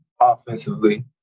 offensively